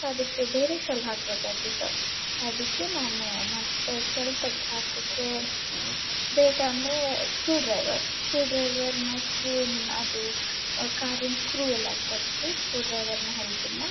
so ಅದಕ್ಕೆ ಬೇರೆ shell ಹಾಕಬೇಕಾಗಿತ್ತು ಅದಕ್ಕೆ ನಾನು ಮತ್ತೆ ಶೆಲ್ ತೆಗ್ದು ಹಾಕಕ್ಕೆ ಬೇಗ ಅಂದರೆ ಸ್ಕ್ರೂಡ್ರೈವರ್ ಸ್ಕ್ರೂಡ್ರೈವರ್ನ ಸ್ಕ್ರೂನ ಅದು ಕಾರಿನ ಸ್ಕ್ರೂ ಎಲ್ಲ ತೆಗೆದು ಸ್ಕ್ರೂಡ್ರೈವರ್ನ ಹೆಲ್ಪಿಂದ